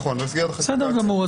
בסדר גמור.